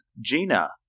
Gina